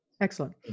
excellent